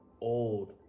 old